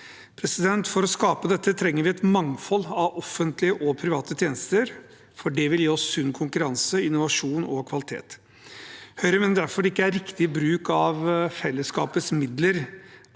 For å skape dette trenger vi et mangfold av offentlige og private tjenester, for det vil gi oss sunn konkurranse, innovasjon og kvalitet. Høyre mener derfor det ikke er riktig bruk av fellesskapets midler